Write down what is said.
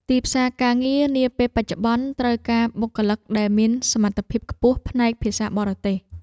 ទីផ្សារការងារនាពេលបច្ចុប្បន្នត្រូវការបុគ្គលិកដែលមានសមត្ថភាពខ្ពស់ផ្នែកភាសាបរទេស។